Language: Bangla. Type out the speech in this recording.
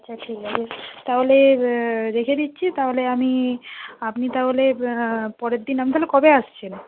আচ্ছা ঠিক আছে তাহলে রেখে দিচ্ছি তাহলে আমি আপনি তাহলে পরের দিন আপনি তাহলে কবে আসছেন